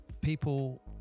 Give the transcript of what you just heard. people